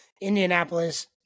Indianapolis